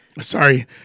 sorry